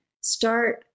start